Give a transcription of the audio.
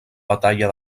batalla